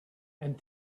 and